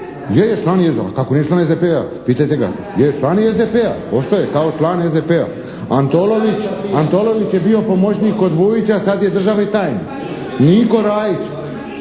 Je, član je SDP. Kako nije član SDP-a, pitajte ga? Je, član je SDP-a, ostao je kao član SDP-a. Antolović je bio pomoćnik od Vujića, sad je državni tajnik. Niko Raić.